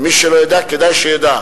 ומי שלא יודע כדאי שידע: